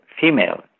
female